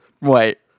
Right